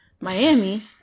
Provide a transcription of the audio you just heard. Miami